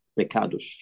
pecados